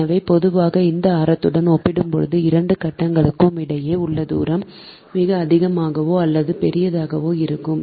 எனவே பொதுவாக இது ஆரத்துடன் ஒப்பிடும்போது 2 கட்டங்களுக்கு இடையே உள்ள தூரம் மிக அதிகமாகவோ அல்லது பெரியதாகவோ இருக்கும்